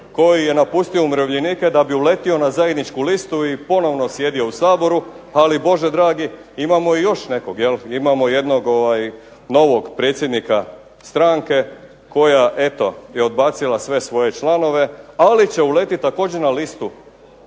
koji je napustio umirovljenike da bi uletio na zajedničku listu i ponovno sjedio u Saboru, ali Bože dragi imamo i još nekog, imamo jednog novog predsjednika stranke koja eto je odbacila sve svoje članove, ali će uletit također na listu,